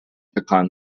pecan